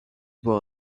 była